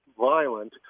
violent